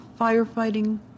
firefighting